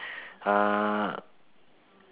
uh